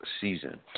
season